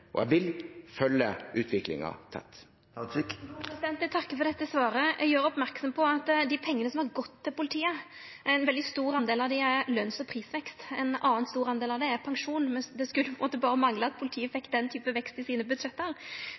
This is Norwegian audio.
tett. Eg takkar for dette svaret. Eg gjer merksam på at ein veldig stor del av dei pengane som har gått til politiet, er løns- og prisvekst, ein annan stor del av dei er pensjon. Men det skulle berre mangla at politiet fekk den typen vekst i sine